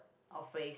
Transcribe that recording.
or phrase